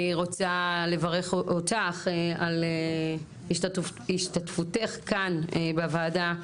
אני רוצה לברך אותך על השתתפותך כאן בוועדה,